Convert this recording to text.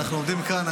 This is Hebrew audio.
אנחנו עומדים כאן.